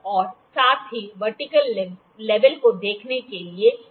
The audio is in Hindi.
और साथ ही वर्टिकल लेवल को देखने के लिए 2 वॉयल